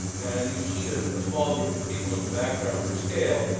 and you see a small group of people in the background for scale.